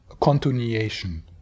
continuation